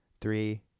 three